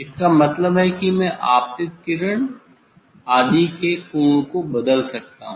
इसका मतलब है मैं आपतित किरण आदि के कोण को बदल सकता हूं